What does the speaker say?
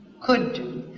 could do,